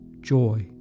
joy